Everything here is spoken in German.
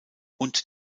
und